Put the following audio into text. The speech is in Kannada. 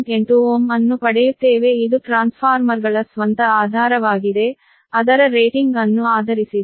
8Ω ಅನ್ನು ಪಡೆಯುತ್ತೇವೆ ಇದು ಟ್ರಾನ್ಸ್ಫಾರ್ಮರ್ಗಳ ಸ್ವಂತ ಆಧಾರವಾಗಿದೆ ಅದರ ರೇಟಿಂಗ್ ಅನ್ನು ಆಧರಿಸಿದೆ